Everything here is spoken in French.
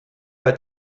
pas